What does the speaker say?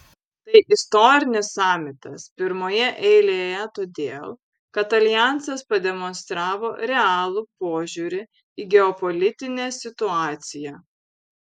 tai istorinis samitas pirmoje eilėje todėl kad aljansas pademonstravo realų požiūrį į geopolitinę situaciją